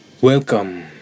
Welcome